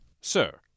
Sir